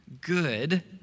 good